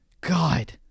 God